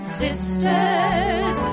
sisters